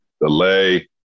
delay